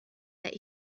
that